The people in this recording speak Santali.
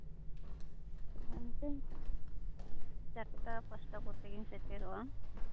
ᱦᱮᱸ ᱤᱱᱠᱟᱹ ᱪᱟᱴᱴᱟ ᱯᱟᱸᱪᱴᱟ ᱠᱚᱛᱮᱜᱤᱧ ᱥᱮᱴᱮᱨᱚᱜᱼᱟ